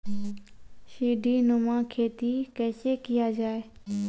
सीडीनुमा खेती कैसे किया जाय?